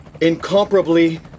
incomparably